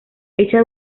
hecha